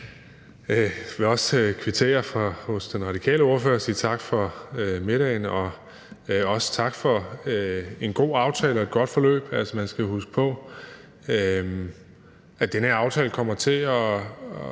Jeg vil også kvittere den radikale ordfører og sige tak for middagen og også sige tak for en god aftale og et godt forløb. Man skal huske på, at den her aftale kommer til at